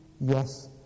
Yes